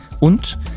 Und